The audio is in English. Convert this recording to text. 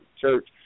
church